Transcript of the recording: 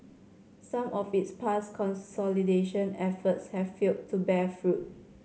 some of its past consolidation efforts have failed to bear fruit